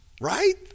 right